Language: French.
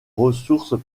ressources